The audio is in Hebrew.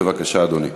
בבקשה, אדוני.